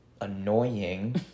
annoying